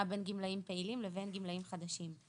בין גמלאים פעילים לבין גמלאים חדשים.